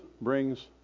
brings